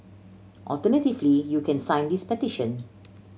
alternatively you can sign this petition